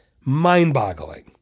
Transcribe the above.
Mind-boggling